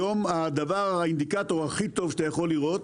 היום האינדיקטור הכי טוב שאתה יכול לראות